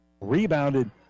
Rebounded